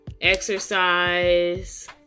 exercise